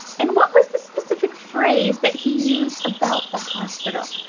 and what was the specific phrase that he used about the hospital?